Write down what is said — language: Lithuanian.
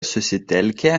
susitelkę